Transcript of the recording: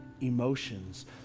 emotions